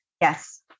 Yes